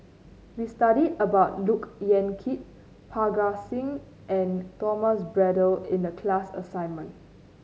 we studied about Look Yan Kit Parga Singh and Thomas Braddell in the class assignment